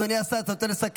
אדוני השר, אתה רוצה לסכם?